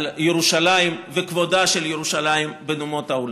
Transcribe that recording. על ירושלים וכבודה של ירושלים בין אומות העולם.